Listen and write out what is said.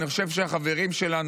אני חושב שהחברים שלנו,